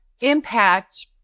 impact